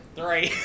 Three